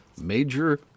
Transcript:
major